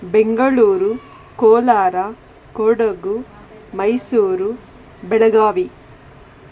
Bengaluru Kolar Kodagu Mysuru Belagavi